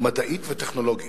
מדעית וטכנולוגית.